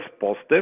positive